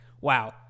wow